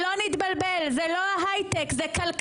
שלא נתבלבל, זה לא ההייטק, זה כלכלת